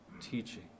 teaching